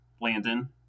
Landon